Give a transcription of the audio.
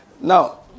Now